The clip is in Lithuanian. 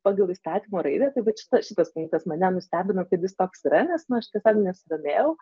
pagal įstatymo raidę tai vat šita šitas punktas mane nustebino kad jis toks yra nes nu aš tiesiog nesidomėjau